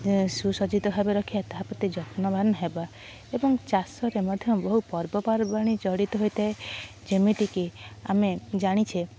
ସୁସଜ୍ଜିତ ଭାବେ ରଖିବା ତାପ୍ରତି ଯତ୍ନବାନ ହେବା ଏବଂ ଚାଷରେ ମଧ୍ୟ ବହୁ ପର୍ବ ପର୍ବାଣି ଜଡ଼ିତ ହୋଇଥାଏ ଯେମିତିକି ଆମେ ଜାଣିଛେ